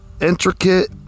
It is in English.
intricate